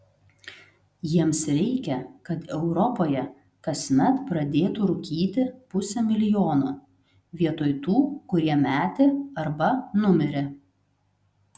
jiems reikia kad europoje kasmet pradėtų rūkyti pusė milijono vietoj tų kurie metė arba numirė